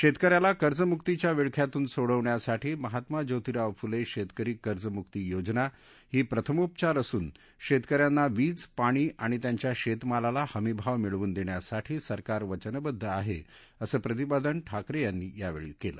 शेतक याला कर्जमुक्तीच्या विळख्यातून सोडवण्यासाठी महात्मा जोतिराव फुले शेतकरी कर्जमुकी योजना ही प्रथमोपचार असून शेतक यांना वीज पाणी आणि त्यांच्या शेतमालाला हमीभाव मिळवून देण्यासाठी सरकार वचनबद्ध आहे असं प्रतिपादन ठाकरे यांनी यावेळी दिलं